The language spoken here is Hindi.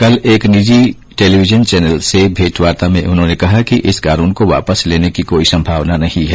कल एक निजी टेलीविजन चैनल से भेंट वार्ता में उन्होंने कहा कि इस कानून को वापस लेने की कोई संभावना नहीं है